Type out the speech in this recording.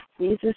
Jesus